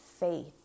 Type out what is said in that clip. faith